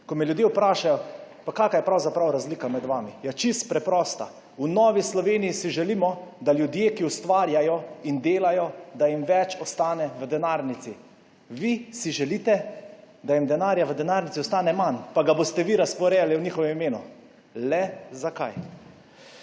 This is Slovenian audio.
Ko me ljudje vprašajo, kakšna je pravzaprav razlika med nami. Ja, čisto preprosta, v Novi Sloveniji si želimo, da ljudem, ki ustvarjajo in delajo, več ostane v denarnici. Vi si želite, da jim denarja v denarnici ostane manj pa ga boste vi razporejali v njihovem imenu. Le zakaj?